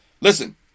listen